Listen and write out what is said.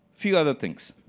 few other things.